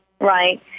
right